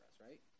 right